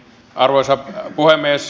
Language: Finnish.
arvoisa puhemies